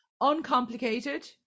uncomplicated